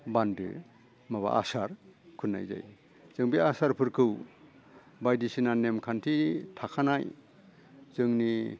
बान्दो माबा आसार खुन्नाय जायो जों बे आसारफोरखौ बायदिसिना नेम खान्थि थाखानाय जोंनि